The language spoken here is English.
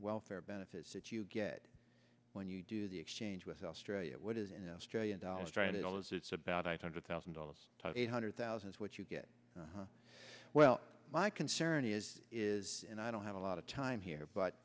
welfare benefits that you get when you do the exchange with australia what is in australian dollars write it all as it's about eight hundred thousand dollars eight hundred thousand is what you get well my concern is is and i don't have a lot of time here but